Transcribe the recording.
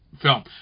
film